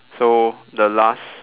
so the last